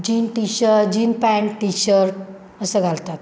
gene T shirt jean pant T shirt असं घालतात